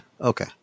Okay